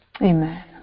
Amen